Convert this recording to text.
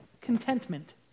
contentment